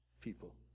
people